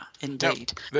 indeed